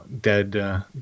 dead